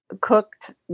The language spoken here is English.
cooked